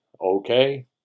Okay